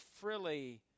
frilly